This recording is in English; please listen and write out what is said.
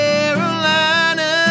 Carolina